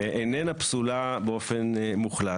איננה פסולה באופן מוחלט.